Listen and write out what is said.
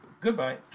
goodbye